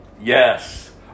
Yes